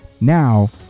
now